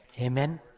Amen